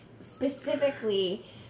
specifically